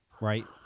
Right